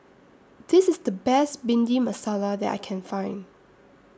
This IS The Best Bhindi Masala that I Can Find